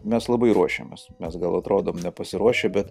mes labai ruošiamės mes gal atrodom nepasiruošę bet